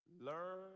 learn